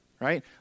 Right